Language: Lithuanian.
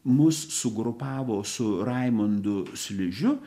mus sugrupavo su raimundu slidžiu